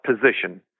position